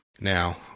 now